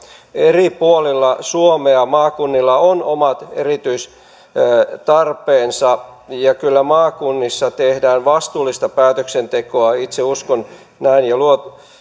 eri puolilla suomea maakunnilla on omat erityistarpeensa ja kyllä maakunnissa tehdään vastuullista päätöksentekoa itse uskon näin ja